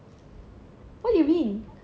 what you mean